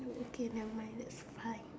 okay never mind that's fine